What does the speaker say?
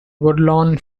woodlawn